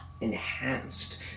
enhanced